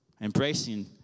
Embracing